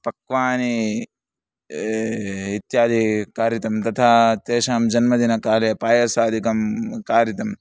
पक्वानि इत्यादि कारितं तथा तेषां जन्मदिनकाले पायसादिकं कारितम्